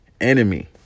enemy